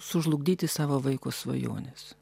sužlugdyti savo vaiko svajonės